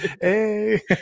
hey